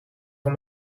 van